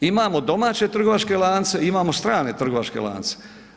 Imamo domaće trgovačke lance i imamo strane trgovačke lance.